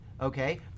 okay